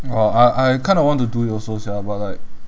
!wah! I I kinda want to do it also sia but like